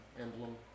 emblem